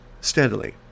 steadily